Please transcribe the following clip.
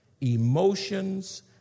emotions